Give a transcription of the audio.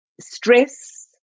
stress